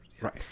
Right